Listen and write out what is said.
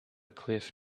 cliff